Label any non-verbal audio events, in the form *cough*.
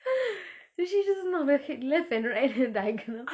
*noise* and she just nod her head left and right and diagonal